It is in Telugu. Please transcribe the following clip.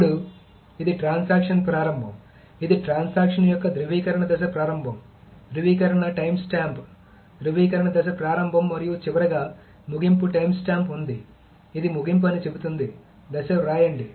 ఇప్పుడు ఇది ట్రాన్సాక్షన్ ప్రారంభం ఇది ట్రాన్సాక్షన్ యొక్క ధ్రువీకరణ దశ ప్రారంభం ధ్రువీకరణ టైమ్స్టాంప్ ధ్రువీకరణ దశ ప్రారంభం మరియు చివరిగా ముగింపు టైమ్స్టాంప్ ఉంది ఇది ముగింపు అని చెబుతుంది దశ వ్రాయండి